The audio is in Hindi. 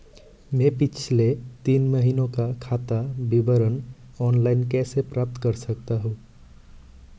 मैं पिछले तीन महीनों का खाता विवरण ऑनलाइन कैसे प्राप्त कर सकता हूं?